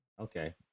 Okay